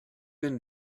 been